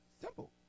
Simple